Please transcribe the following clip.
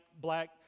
black